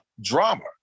drama